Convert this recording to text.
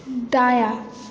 दायाँ